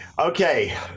okay